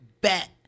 bet